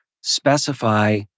specify